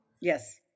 Yes